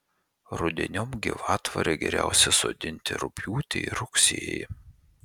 rudeniop gyvatvorę geriausia sodinti rugpjūtį ir rugsėjį